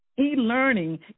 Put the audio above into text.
E-learning